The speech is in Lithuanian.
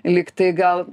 lyg tai gal